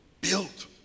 built